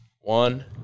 One